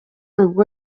ubwo